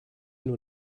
nur